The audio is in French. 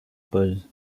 pose